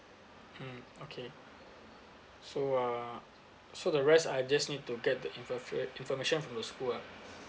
mm okay so uh so the rest I just need to get the infor~ information from the school ah